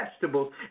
vegetables